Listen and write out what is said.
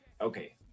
okay